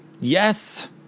yes